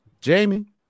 Jamie